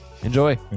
Enjoy